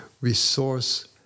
resource